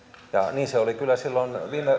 niin se oli kyllä silloin viime